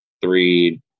three